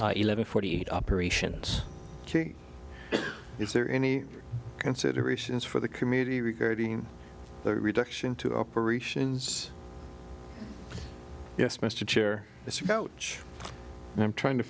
ina eleven forty eight operations is there any considerations for the community regarding the reduction to operations yes mr chair it's about i'm trying to